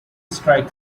strike